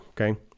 Okay